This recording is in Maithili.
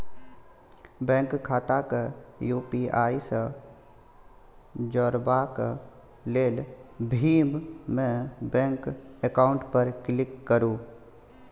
बैंक खाता केँ यु.पी.आइ सँ जोरबाक लेल भीम मे बैंक अकाउंट पर क्लिक करु